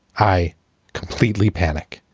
i completely panic.